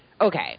okay